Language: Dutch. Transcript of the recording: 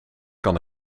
kan